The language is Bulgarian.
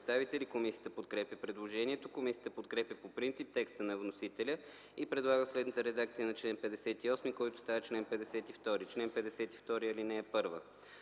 Комисията подкрепя предложението. Комисията подкрепя по принцип текста на вносителя и предлага следната редакция на чл. 58, който става чл. 52.: „Чл. 52 (1) Запорът